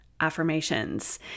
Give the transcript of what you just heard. affirmations